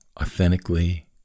authentically